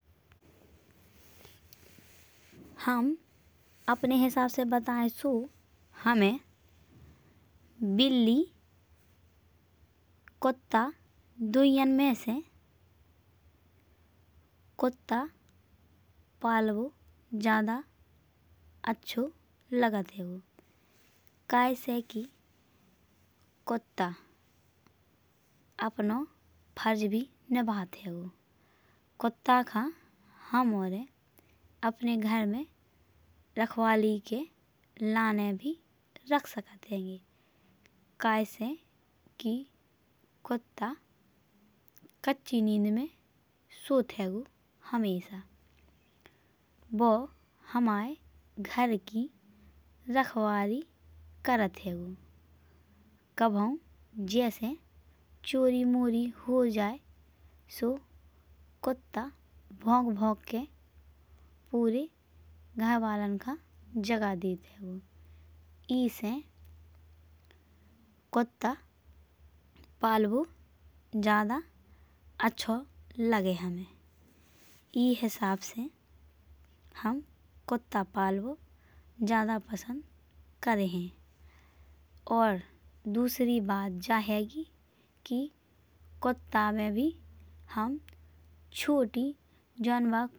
हम अपने हिसाब से बताए सो हुमे बिल्ली कुत्ता दुहियन में से कुत्ता पलवो ज्यादा अचो लागत हैंगो। कहेसे कि कुत्ता अपनो फर्ज भी निभात हैंगो। कुत्ता का हुमोरे अपने घर में रखवाली के लाने भी रख सकत हैंगे। कहेसे कि कुत्ता कचुई निंद में सोट हैंगो। हमेशा वो हमाये घर की रखवाली करत हैंगो। कबहउं जैसे चोरी मोरी हो जाए सो कुत्ता भौंक-भौंक के पूरे घरवालेन का जगा देत हैंगो। ईसे कुत्ता पलवो ज्यादा अचो लगे हमे। ई हिसाब से हम कुत्ता पलवो ज्यादा पसंद कर हैं। और दूसरी बात ज हैंगी कि कुत्ता में भी छोटी जनावर।